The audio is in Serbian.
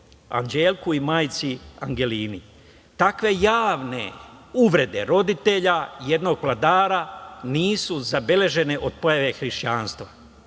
Anđelku i majci Angelini. Takve javne uvrede roditelja jednog vladara nisu zabeležene od pojave Hrišćanstva